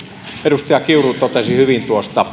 edustaja kiuru totesi hyvin